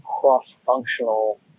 cross-functional